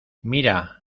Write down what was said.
mira